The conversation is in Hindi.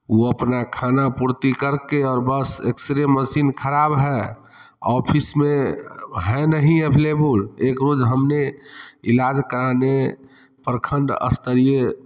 वो अपना खानापूर्ति करके और बस एक्सरे मसीन खराब है ऑफिस में है नहीं अवेलेबुल एक रोज हमने इलाज कराने प्रखंड स्तरीय